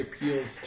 appeals